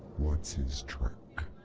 what's his trick?